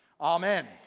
Amen